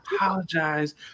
apologize